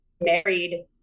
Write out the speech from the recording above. married